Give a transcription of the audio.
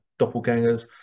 doppelgangers